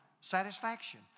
satisfaction